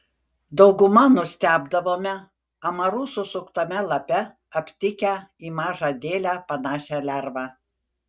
dauguma nustebdavome amarų susuktame lape aptikę į mažą dėlę panašią lervą